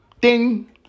Ding